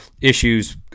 issues